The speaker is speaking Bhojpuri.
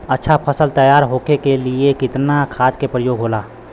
अच्छा फसल तैयार होके के लिए कितना खाद के प्रयोग होला?